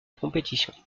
compétition